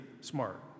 smart